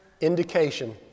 indication